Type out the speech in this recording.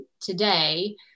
today